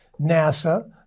NASA